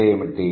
అంటే ఏమిటి